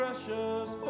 Precious